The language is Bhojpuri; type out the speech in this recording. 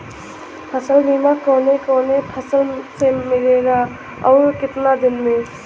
फ़सल बीमा कवने कवने फसल में मिलेला अउर कितना दिन में?